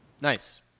Nice